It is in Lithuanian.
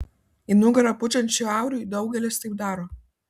į nugarą pučiant šiauriui daugelis taip daro